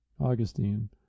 Augustine